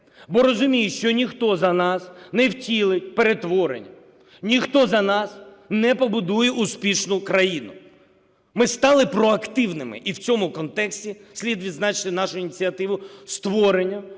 бо розуміє, що ніхто за нас не втілить перетворення, ніхто за нас не побудує успішну країну. Ми стали проактивними, і в цьому контексті слід відзначити нашу ініціативу створення